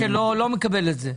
זאת אומרת מי שלא, לא מקבל את זה.